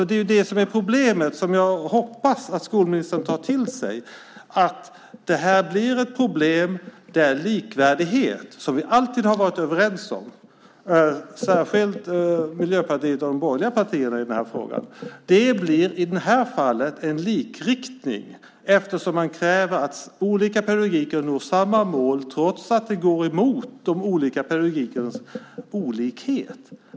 Det är det som är problemet, och jag hoppas att skolministern tar till sig att det här blir ett problem. Den likvärdighet som vi alltid har varit överens om, särskilt Miljöpartiet och de borgerliga partierna, blir i det här fallet en likriktning eftersom det ställs krav på att man med olika pedagogik når samma mål trots att det är mot olika pedagogiska metoders olikhet.